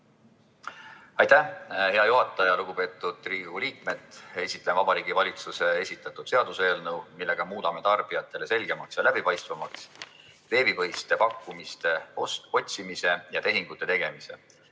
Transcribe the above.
Aitäh, hea juhataja! Lugupeetud Riigikogu liikmed! Esitlen Vabariigi Valitsuse esitatud seaduseelnõu, millega muudame tarbijatele selgemaks ja läbipaistvamaks veebipõhiste pakkumiste otsimise ja tehingute tegemise.